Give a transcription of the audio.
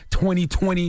2020